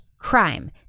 crime